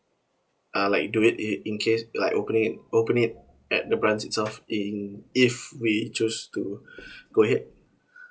uh like do it in in case like opening it opening it at the branch itself in if we choose to go ahead